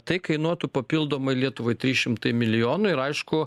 tai kainuotų papildomai lietuvai trys šimtai milijonų ir aišku